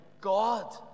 God